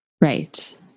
Right